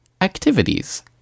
Activities